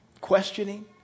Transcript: questioning